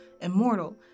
immortal